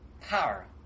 Power